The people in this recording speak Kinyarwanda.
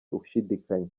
ushidikanya